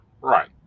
Right